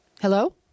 Hello